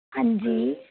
ਹਾਂਜੀ